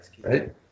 Right